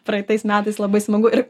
praeitais metais labai smagu ir